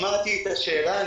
שמעתי את השאלה.